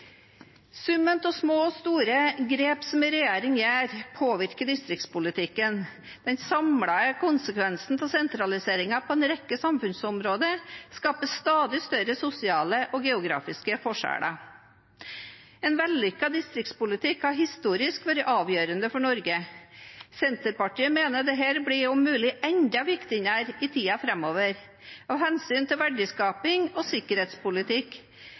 Summen av små og store grep som en regjering gjør, påvirker distriktspolitikken. Den samlede konsekvensen av sentraliseringen på en rekke samfunnsområder skaper stadig større sosiale og geografiske forskjeller. En vellykket distriktspolitikk har historisk vært avgjørende for Norge. Senterpartiet mener dette blir om mulig enda viktigere i tiden framover, ikke minst av hensyn til verdiskaping og sikkerhetspolitikk.